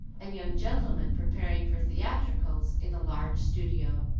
and young gentlemen preparing for theatricals in the large studio.